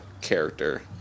character